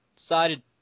decided